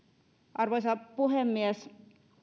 arvoisa puhemies